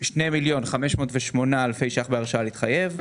2 מיליון ו-508 אלף שקלים בהרשאה להתחייב.